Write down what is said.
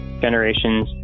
generations